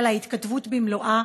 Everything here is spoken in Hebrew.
אלא להתכתבות במלואה.